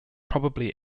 probably